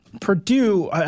Purdue